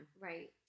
Right